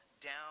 down